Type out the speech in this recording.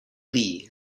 lee